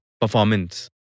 performance